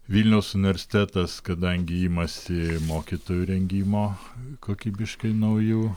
vilniaus universitetas kadangi imasi mokytojų rengimo kokybiškai naujų